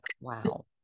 wow